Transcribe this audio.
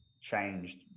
changed